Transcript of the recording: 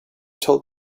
told